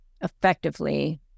effectively